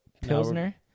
Pilsner